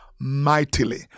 mightily